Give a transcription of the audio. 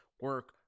Work